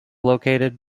located